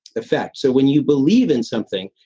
effect. so when you believe in something,